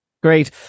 Great